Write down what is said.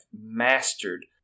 mastered